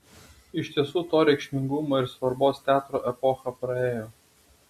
iš tiesų to reikšmingumo ir svarbos teatro epocha praėjo